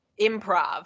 improv